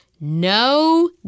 No